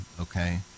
okay